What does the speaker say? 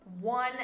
one